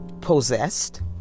possessed